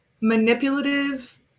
manipulative